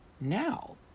now